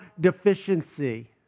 deficiency